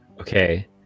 okay